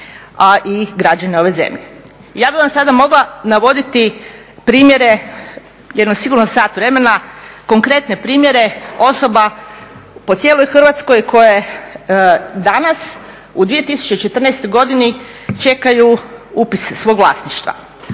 a i građane ove zemlje. Ja bih vam sada mogla navoditi primjere jedno sigurno sat vremena, konkretne primjere osoba po cijeloj Hrvatskoj koje danas u 2014. godini čekaju upis svog vlasništva,